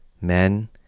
Men